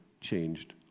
changed